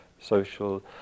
social